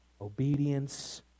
Obedience